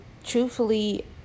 truthfully